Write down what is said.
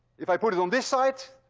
if i put it on this side,